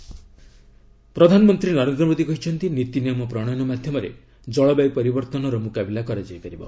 PM CERAWeek ପ୍ରଧାନମନ୍ତ୍ରୀ ନରେନ୍ଦ୍ର ମୋଦୀ କହିଛନ୍ତି ନୀତିନିୟମ ପ୍ରଶୟନ ମାଧ୍ୟମରେ କଳବାୟୁ ପରିବର୍ତ୍ତନର ମୁକାବିଲା କରାଯାଇ ପାରିବ